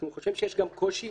אנחנו חושבים שיש גם קושי